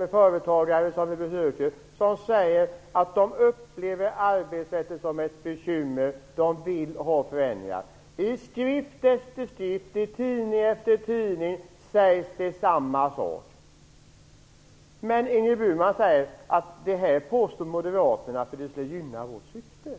och företagare efter företagare säger entydigt att de upplever arbetsrätten som ett bekymmer och vill ha förändringar. I skrift efter skrift, i tidning efter tidning sägs samma sak. Men Ingrid Burman säger att moderaterna påstår detta därför att det gynnar vårt syfte.